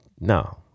no